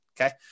okay